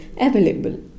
available